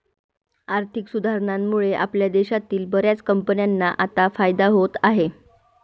आर्थिक सुधारणांमुळे आपल्या देशातील बर्याच कंपन्यांना आता फायदा होत आहे